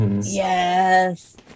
Yes